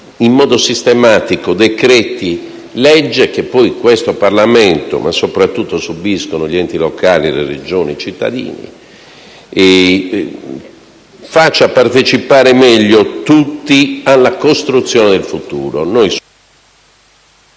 in modo sistematico decreti-legge che poi subisce questo Parlamento, ma soprattutto subiscono gli enti locali, le Regioni e i cittadini. Faccia partecipare meglio tutti alla costruzione del futuro.